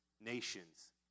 nations